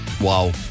Wow